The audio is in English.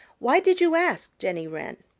why did you ask, jenny wren?